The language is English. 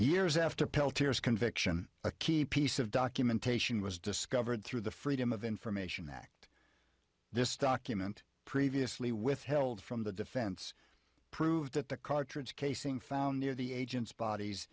years after peltier's conviction a key piece of documentation was discovered through the freedom of information act this document previously withheld from the defense proved that the cartridge casing found near the agent's bodies